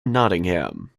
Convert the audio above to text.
nottingham